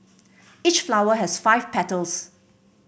each flower has five petals